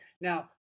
Now